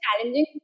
challenging